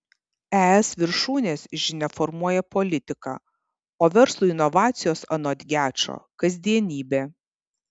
es viršūnės žinia formuoja politiką o verslui inovacijos anot gečo kasdienybė